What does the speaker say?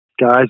Guys